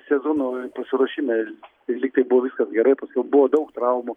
sezono pasiruošime ir lygtai buvo viskas gerai paskiau buvo daug traumų